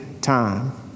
time